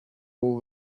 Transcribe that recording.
all